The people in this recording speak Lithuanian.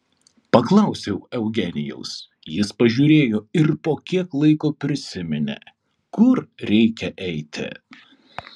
paklausiau eugenijaus jis pažiūrėjo ir po kiek laiko prisiminė kur reikia eiti